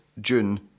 June